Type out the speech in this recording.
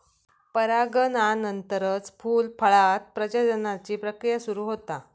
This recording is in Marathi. परागनानंतरच फूल, फळांत प्रजननाची प्रक्रिया सुरू होता